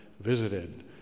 visited